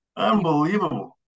Unbelievable